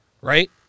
right